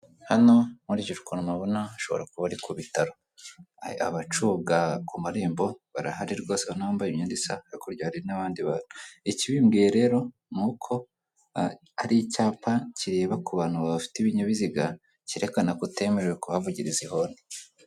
Hano nkurikije ukuntu mpabona hashobora kuba ari ku bitaro hari abacunga ku marembo barahari rwose ubona bambaye imyenda isa, hakurya hari n'abandi bantu. Ikibimbwiye rero ni uko hari icyapa kireba ku bantu bafite ibinyabiziga kerekene ko utemerewe kuhavugrza ihoni.